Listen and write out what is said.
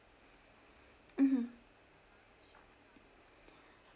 mmhmm